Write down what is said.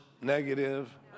negative